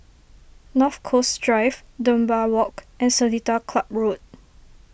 North Coast Drive Dunbar Walk and Seletar Club Road